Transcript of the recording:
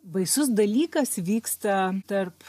baisus dalykas vyksta tarp